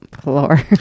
floor